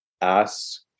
ask